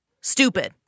Stupid